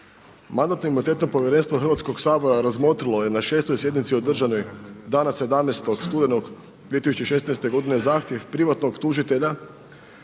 Mandatno-imunitetno povjerenstvo Hrvatskog sabora razmotrilo je na šestoj sjednici održanoj dana 17. studenog 2016. godine zahtjev privatnog tužitelja